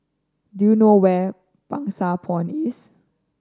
do you know where Pang Sua Pond is